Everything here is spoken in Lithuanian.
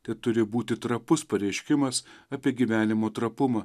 tai turi būti trapus pareiškimas apie gyvenimo trapumą